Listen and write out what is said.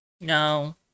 No